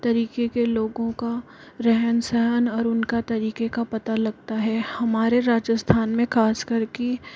तरीके के लोगों का रहन सहन और उनका तरीके का पता लगता है हमारे राजस्थान में ख़ास करके